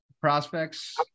prospects